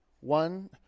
One